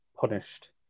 punished